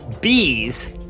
bees